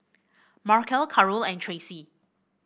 Markell Karol and Tracy